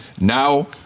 now